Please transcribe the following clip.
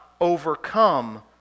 overcome